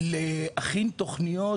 ולהכין תוכניות,